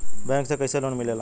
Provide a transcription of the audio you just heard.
Bank से कइसे loan मिलेला?